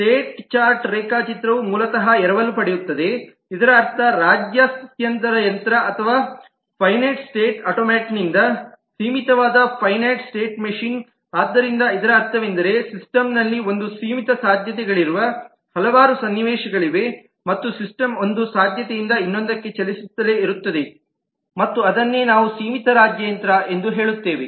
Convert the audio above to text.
state chart ರೇಖಾಚಿತ್ರವು ಮೂಲತಃ ಎರವಲು ಪಡೆಯುತ್ತದೆ ಇದರ ಅರ್ಥ ರಾಜ್ಯ ಸ್ಥಿತ್ಯಂತರ ಯಂತ್ರ ಅಥವಾ ಫೈನೈಟ್ ಸ್ಟೇಟ್ ಆಟೊಮ್ಯಾಟನ್ನಿಂದ ಸೀಮಿತವಾದ ಫೈನೈಟ್ ಸ್ಟೇಟ್ ಮಷೀನ್ ಆದ್ದರಿಂದ ಇದರ ಅರ್ಥವೇನೆಂದರೆ ಸಿಸ್ಟಮ್ಲ್ಲಿ ಒಂದು ಸೀಮಿತ ಸಾಧ್ಯತೆಗಳಿರುವ ಹಲವಾರು ಸನ್ನಿವೇಶಗಳಿವೆ ಮತ್ತು ಸಿಸ್ಟಮ್ ಒಂದು ಸಾಧ್ಯತೆಯಿಂದ ಇನ್ನೊಂದಕ್ಕೆ ಚಲಿಸುತ್ತಲೇ ಇರುತ್ತದೆ ಮತ್ತು ಅದನ್ನೇ ನಾವು ಸೀಮಿತ ರಾಜ್ಯ ಯಂತ್ರ ಎಂದು ಹೇಳುತ್ತೇವೆ